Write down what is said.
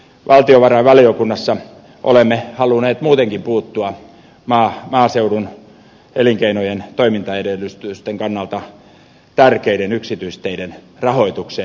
valtiovarainvaliokunnassa olemme halunneet muutenkin puuttua maaseudun elinkeinojen toimintaedellytysten kannalta tärkeiden yksityisteiden rahoitukseen